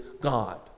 God